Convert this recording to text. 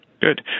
Good